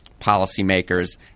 policymakers